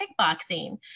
kickboxing